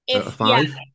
five